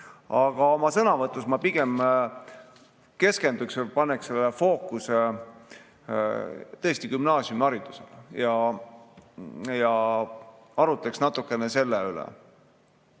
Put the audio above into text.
oma sõnavõtus ma pigem keskenduksin või paneksin fookuse tõesti gümnaasiumiharidusele ja arutaks natukene selle üle.